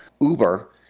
Uber